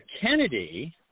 Kennedy